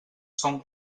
són